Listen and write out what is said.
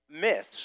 myths